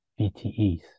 VTEs